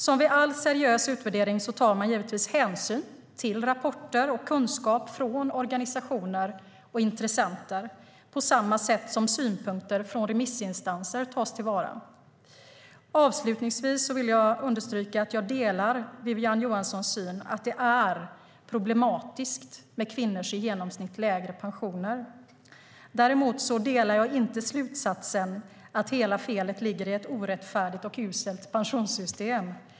Som vid all seriös utvärdering tar man givetvis hänsyn till rapporter och kunskap från organisationer och intressenter på samma sätt som synpunkter från remissinstanser tas till vara. Avslutningsvis vill jag understryka att jag delar Wiwi-Anne Johanssons syn att det är problematiskt med kvinnors i genomsnitt lägre pensioner. Däremot delar jag inte slutsatsen om att felet ligger i ett orättfärdigt och uselt pensionssystem.